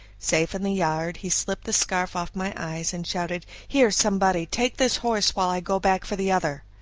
safe in the yard, he slipped the scarf off my eyes, and shouted, here somebody! take this horse while i go back for the other.